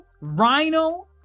Rhino